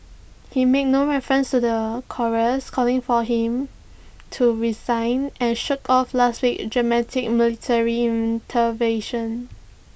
he made no reference to the chorus calling for him to resign and shrugged off last week's dramatic military intervention